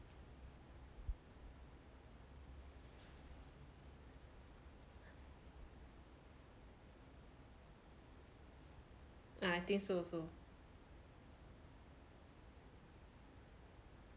I think so also